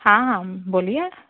हाँ हाँ बोलिए